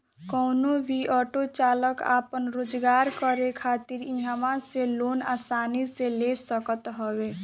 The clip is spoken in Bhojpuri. कवनो भी ऑटो चालाक आपन रोजगार करे खातिर इहवा से लोन आसानी से ले सकत हवे